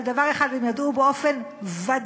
אבל דבר אחד הם ידעו באופן ודאי: